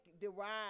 derived